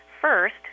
First